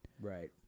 Right